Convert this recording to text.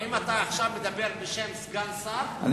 האם אתה עכשיו מדבר בשם סגן שר או,